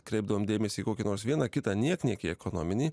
kreipdavom dėmesį į kokį nors vieną kitą niekniekį ekonominį